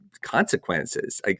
consequences